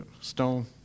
stone